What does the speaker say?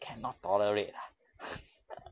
cannot tolerate ah